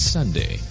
Sunday